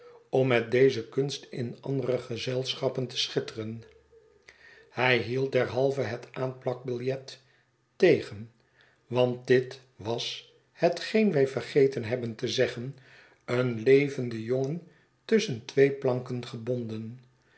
om met deze kunst in andere gezelschappen te schitteren hij hield derhalve het aanplakbiljet tegen want dit was hetgeen wij vergeten hebben te zeggen een levende jongen tusschen twee planken gebonden